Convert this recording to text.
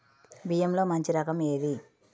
బియ్యంలో మంచి రకం ఏది?